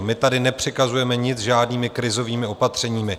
My tady nepřikazujeme nic žádnými krizovými opatřeními.